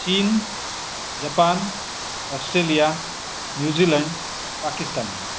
चीन जपान Australia New Zealand Pakistan